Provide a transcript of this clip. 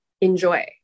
enjoy